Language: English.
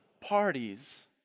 parties